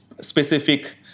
specific